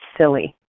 silly